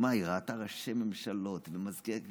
שמע, היא ראתה ראשי ממשלות ומזכירי כנסת.